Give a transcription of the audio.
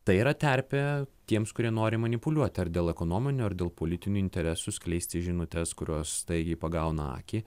tai yra terpė tiems kurie nori manipuliuoti ar dėl ekonominių ar dėl politinių interesų skleisti žinutes kurios staigiai pagauna akį